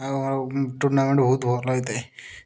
ଆଉ ଟୁର୍ଣ୍ଣାମେଣ୍ଟ୍ ବହୁତ ଭଲ ହୋଇଥାଏ